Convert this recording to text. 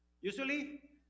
usually